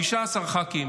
15 ח"כים